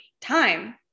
time